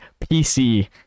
PC